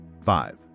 Five